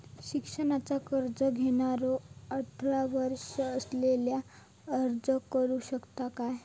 शिक्षणाचा कर्ज घेणारो अठरा वर्ष असलेलो अर्ज करू शकता काय?